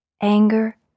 Anger